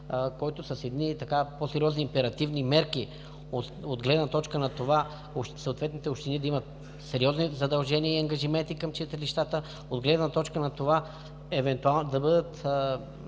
който с по сериозни императивни мерки от гледна точка на това съответните общини да имат сериозни задължения и ангажименти към читалищата, от гледна точка на това евентуално да бъдат